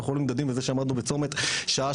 אנחנו לא נמדדים בזה שעמדנו בצומת שעה